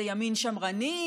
זה ימין שמרני,